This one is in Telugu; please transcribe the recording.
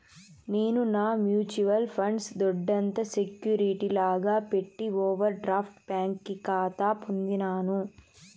నేను నా మ్యూచువల్ ఫండ్స్ దొడ్డంత సెక్యూరిటీ లాగా పెట్టి ఓవర్ డ్రాఫ్ట్ బ్యాంకి కాతా పొందినాను